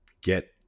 get